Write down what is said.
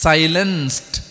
Silenced